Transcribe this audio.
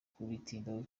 kubitindaho